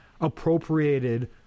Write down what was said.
appropriated